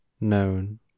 known